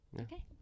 Okay